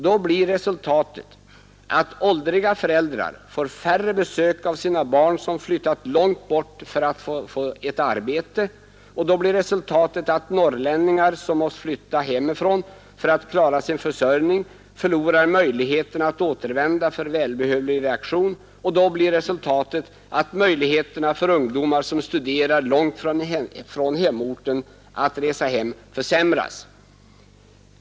Då blir resultatet att åldriga föräldrar får färre besök av sina barn som flyttat långt bort för att få arbete, då blir resultatet att norrlänningar som måst flytta hemifrån för att klara sin försörjning förlorar möjligheterna att återvända för välbehövlig rekreation, och då blir resultatet att möjligheterna för ungdomar som studerar långt från hemorten att resa hem försämras.